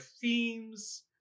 themes